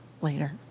later